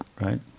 right